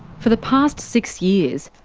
for the past six years,